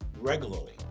regularly